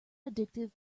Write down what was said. addictive